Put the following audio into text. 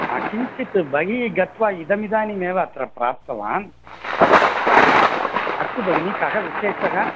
हा किञ्चित् बहिः गत्वा इदमिदानीमेव अत्र प्राप्तवान् अस्तु अस्तु हा अस्तु भगिनि कः विशेषः